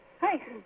Hi